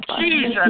Jesus